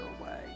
away